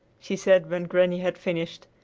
she said when granny had finished.